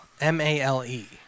M-A-L-E